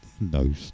No